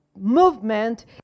movement